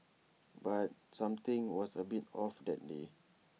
but something was A bit off that day